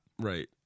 right